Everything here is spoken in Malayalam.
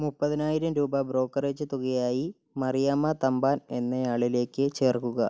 മുപ്പതിനായിരം രൂപ ബ്രോക്കറേജ് തുകയായി മറിയാമ്മ തമ്പാൻ എന്നയാളിലേക്ക് ചേർക്കുക